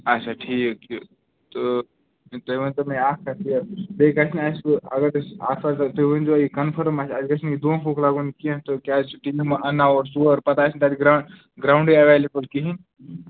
اچھا ٹھیٖک یہِ تہٕ تُہۍ ؤنتَو مےٚ اَکھ کَتھ یہِ بیٚیہِ گژھِ نہٕ اَسہِ اگر أسۍ اَکھ حظ تُہۍ ؤنزیٚو یہِ کَنفٲرٕم آسہِ اَسہِ گژھِ نہٕ دۄنکھٕ ووٚنکھٕ لَگُن کیٚنٛہہ تہٕ کیٛازِ ٹیما اَناوو ٲسۍ اور پَتہٕ آسہِ نہٕ تَتہِ گرٛاوُنٛڈ گرٛاوُنٛڈٕے ایٚولیبٕل کِہیٖنۍ